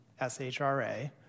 SHRA